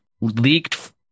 leaked